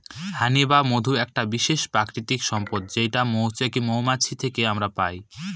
হানি বা মধু একটা বিশেষ প্রাকৃতিক সম্পদ যেটা মৌমাছি থেকে আমরা পাই